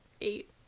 eight